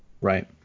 Right